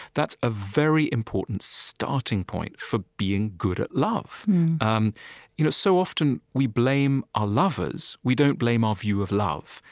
that's a very important starting point for being good at love um you know so often we blame our lovers we don't blame our view of love.